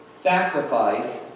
sacrifice